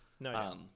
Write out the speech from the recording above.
No